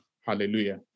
Hallelujah